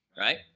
right